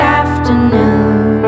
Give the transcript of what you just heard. afternoon